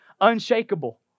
unshakable